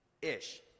ish